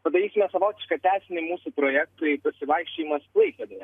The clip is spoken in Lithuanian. padarysime savotišką tęsinį mūsų projektui pasivaikščiojimas klaipėdoje